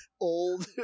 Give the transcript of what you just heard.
old